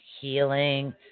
healing